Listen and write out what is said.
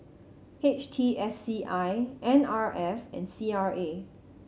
H T S C I N R F and C R A